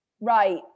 right